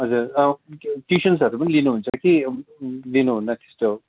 हजुर ट्युसन्सहरू पनि लिनुहुन्छ कि अब लिनुहुन्न त्यस्तो